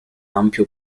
ampio